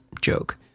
joke